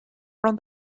from